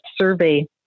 survey